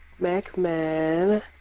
McMahon